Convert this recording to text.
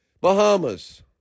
Bahamas